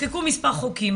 חוקקו מס' חוקים,